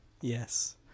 Yes